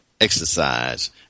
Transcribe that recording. exercise